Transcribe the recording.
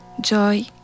joy